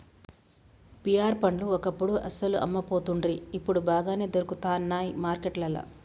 pear పండ్లు ఒకప్పుడు అస్సలు అమ్మపోతుండ్రి ఇప్పుడు బాగానే దొరుకుతానయ్ మార్కెట్లల్లా